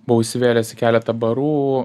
buvau įsivėlęs į keletą barų